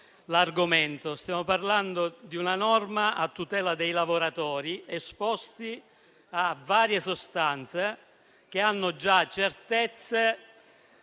stiamo parlando di una norma a tutela dei lavoratori esposti a varie sostanze, per le